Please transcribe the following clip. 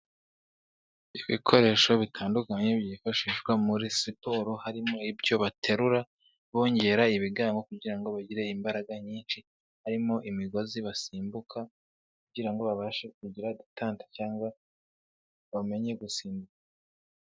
Ibikoresho bitandukanye byifashishwa muri siporo harimo ibyo baterura bongera ibigango kugira ngo bagire imbaraga nyinshi, harimo imigozi basimbuka kugira ngo babashe kugira detante cyangwa bamenye gusimbuka.